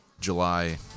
July